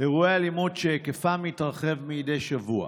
אירועי אלימות שהיקפם מתרחב מדי שבוע.